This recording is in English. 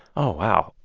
oh, wow.